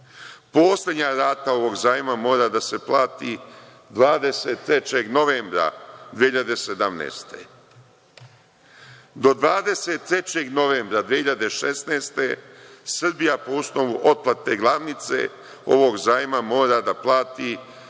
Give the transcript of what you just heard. godine. Poslednja rata ovog zajma mora da se plati 23. novembra 2017. godine. Do 23. novembra 2016. godine Srbija po osnovu otplate glavnice ovog zajma mora da plati